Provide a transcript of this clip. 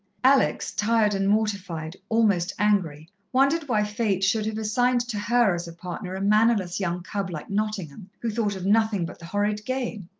alex, tired and mortified, almost angry, wondered why fate should have assigned to her as a partner a mannerless young cub like nottingham, who thought of nothing but the horrid game.